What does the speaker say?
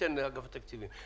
ניתן לאגף התקציבים.